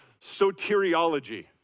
Soteriology